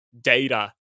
Data